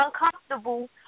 uncomfortable